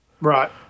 Right